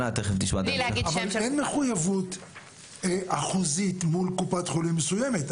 אין מחויבות אחוזית מול קופת חולים מסוימת.